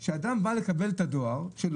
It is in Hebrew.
צריך להבהיר שכאשר אדם בא לקבל את הדואר שלו,